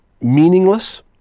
meaningless